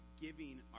giving